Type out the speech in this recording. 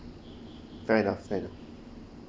fair enough fair enough